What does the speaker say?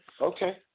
Okay